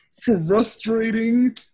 frustrating